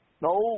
No